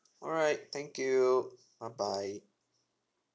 all right thank you bye bye